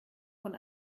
von